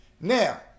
Now